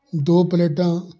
ਦੋ ਪਲੇਟਾਂ